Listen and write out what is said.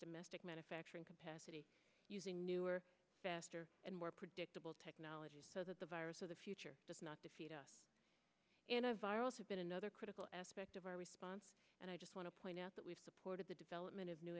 domestic manufacturing capacity using newer faster and more predictable technology so that the virus of the future just not defeat us in a viral have been another critical aspect of our response and i just want to point out that we've supported the development of new